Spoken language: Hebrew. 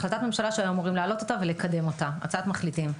החלטת ממשלה שהיו אמורים להעלות אותה ולקדם אותה הצעת מחליטים.